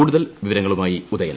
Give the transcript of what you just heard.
കൂടുതൽ വിവരങ്ങളുമായി ഉദ്യൻ